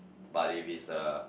but if it's a